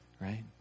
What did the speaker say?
right